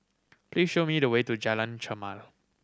please show me the way to Jalan Chermai